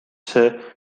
see